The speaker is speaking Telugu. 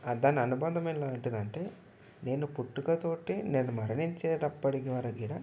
దాని అనుభందం ఎలాంటిదంటే నేను పుట్టుకతోటి నేను మరణించేటప్పటివరకి గిర